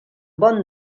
bon